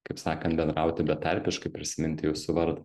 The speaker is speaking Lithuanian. kaip sakant bendrauti betarpiškai prisiminti jūsų vardą